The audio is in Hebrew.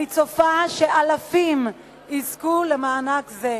אני צופה שאלפים יזכו למענק זה.